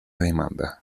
demanda